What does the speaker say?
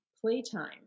playtime